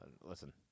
Listen